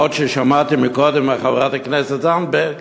מה עוד ששמעתי קודם מחברת הכנסת זנדברג